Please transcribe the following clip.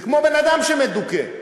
זה כמו בן-אדם שמדוכא,